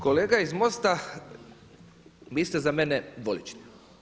Kolega iz MOST-a vi ste za mene dvolični.